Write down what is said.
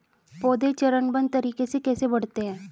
पौधे चरणबद्ध तरीके से कैसे बढ़ते हैं?